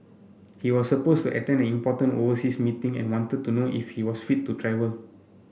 he was supposed to attend an important overseas meeting and wanted to know if he was fit to travel